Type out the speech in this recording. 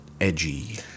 edgy